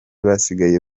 basigaye